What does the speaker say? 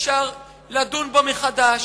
אפשר לדון בו מחדש,